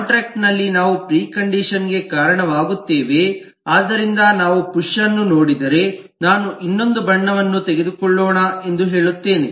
contract ನಲ್ಲಿ ನಾವು precondition ಗೆ ಕಾರಣವಾಗುತ್ತೇವೆ ಆದ್ದರಿಂದ ನಾವು ಪುಶ್ ಅನ್ನು ನೋಡಿದರೆ ನಾನು ಇನ್ನೊಂದು ಬಣ್ಣವನ್ನು ತೆಗೆದುಕೊಳ್ಳೋಣ ಎಂದು ಹೇಳುತ್ತೇವೆ